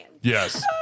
Yes